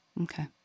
Okay